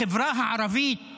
כלכלית בחברה הערבית